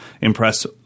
impress